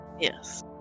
Yes